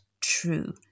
true